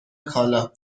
کالا